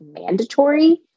mandatory